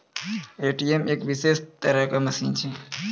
ATM एक विशेष तरहो के मशीन छै